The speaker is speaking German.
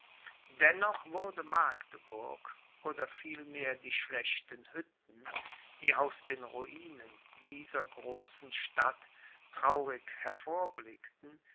dennoch wurde magdeburg oder vielmehr die schlechten hütten die aus den ruinen dieser großen stadt